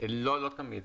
לא תמיד.